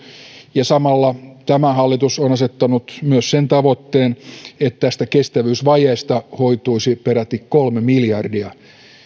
ja samalla tämä hallitus on asettanut myös sen tavoitteen että kestävyysvajeesta hoituisi peräti kolme miljardia